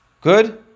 good